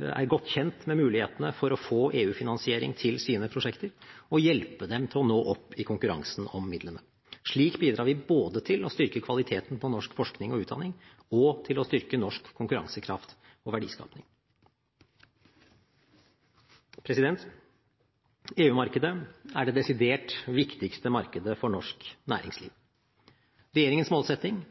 er godt kjent med mulighetene for å få EU-finansiering til sine prosjekter, og hjelpe dem til å nå opp i konkurransen om midlene. Slik bidrar vi både til å styrke kvaliteten på norsk forskning og utdanning og til å styrke norsk konkurransekraft og verdiskaping. EU-markedet er det desidert viktigste markedet for norsk næringsliv. Regjeringens målsetting